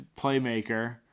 playmaker